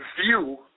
view